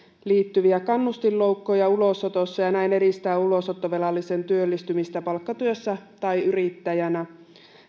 liittyviä kannustinloukkuja ulosotossa ja näin edistää ulosottovelallisen työllistymistä palkkatyössä tai yrittäjänä